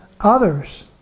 others